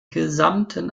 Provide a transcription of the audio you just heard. gesamten